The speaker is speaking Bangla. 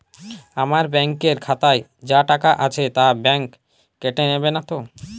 আমার ব্যাঙ্ক এর খাতায় যা টাকা আছে তা বাংক কেটে নেবে নাতো?